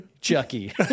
Chucky